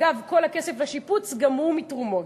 אגב, כל הכסף לשיפוץ גם הוא מתרומות.